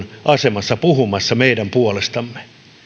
asemassa puhumassa meidän puolestamme